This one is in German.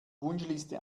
wunschliste